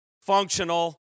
functional